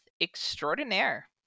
extraordinaire